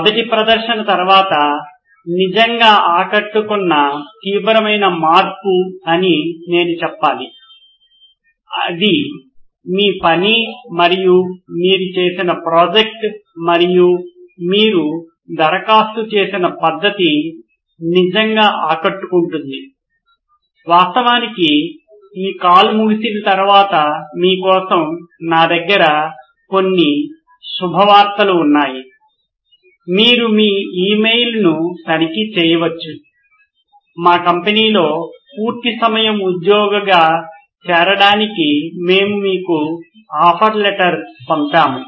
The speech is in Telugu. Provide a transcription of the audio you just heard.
మొదటి ప్రదర్శన తర్వాత నిజంగా ఆకట్టుకున్న తీవ్రమైన మార్పు అని నేను చెప్పాలి ఇది మీ పని మరియు మీరు చేసిన ప్రాజెక్ట్ మరియు మీరు దరఖాస్తు చేసిన పద్ధతి నిజంగా ఆకట్టుకుంటుంది వాస్తవానికి ఈ కాల్ ముగిసిన తర్వాత మీ కోసం నాదగ్గర కొన్ని శుభవార్తలు ఉన్నాయి మీరు మీ ఇమెయిల్ ను తనిఖీ చేయవచ్చు మా కంపెనీలో పూర్తి సమయం ఉద్యోగిగా చేరడానికి మేము మీకు ఆఫర్ లెటర్ పంపాము